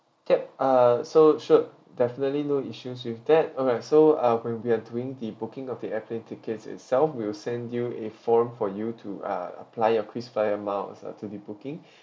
that uh so should definitely no issues with that alright so ah when we're doing the booking of the airplane tickets itself we will send you a form for you to uh apply your krisflyer miles ah to the booking